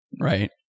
right